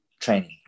training